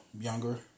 younger